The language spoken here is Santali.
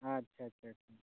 ᱟᱪᱪᱷᱟ ᱟᱪᱪᱷᱟ ᱟᱪᱪᱷᱟ